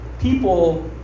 people